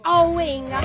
owing